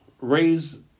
raise